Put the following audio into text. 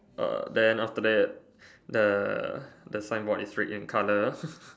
err then after that the the signboard is red in colour